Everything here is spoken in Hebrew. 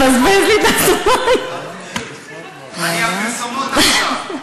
אני הפרסומות עכשיו.